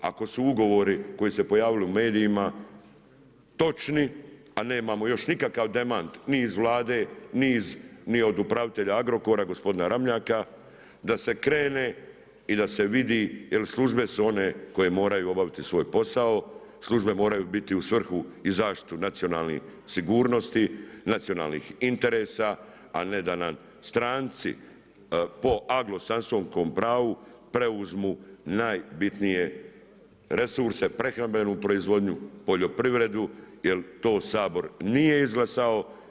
Ako su ugovori koji su se pojavili u medijima točni, a nemamo još nikakav demant ni iz Vlade ni od upravitelja Agrokora gospodina Ramljaka da se krene i da se vidi jer službe su one koje moraju obaviti svoj posao, službe moraju biti u svrhu i zaštitu nacionalnih sigurnosti, nacionalnih interesa a ne da nam stranci po anglosaksonskom pravu preuzmu najbitnije resurse, prehrambenu proizvodnju, poljoprivredu jer to Sabor nije izglasao.